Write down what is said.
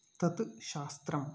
तत् शास्त्रं